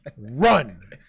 Run